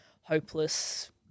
hopeless